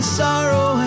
sorrow